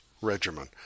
regimen